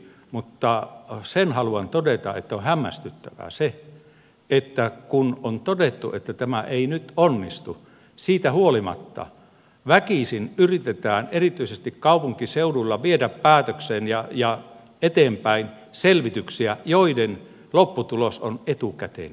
mutta sen haluan todeta että on hämmästyttävää se että kun on todettu että tämä ei nyt onnistu siitä huolimatta väkisin yritetään erityisesti kaupunkiseuduilla viedä päätökseen ja eteenpäin selvityksiä joiden lopputulos on jo etukäteen selvä